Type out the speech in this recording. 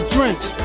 Drinks